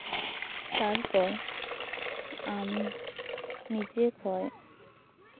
ᱛᱟᱨᱯᱚᱨ ᱟᱢ ᱱᱤᱡᱮ ᱠᱷᱚᱱ